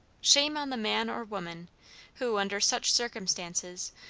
shame on the man or woman who, under such circumstances,